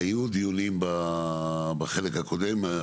היו דיונים בחלק הקודם.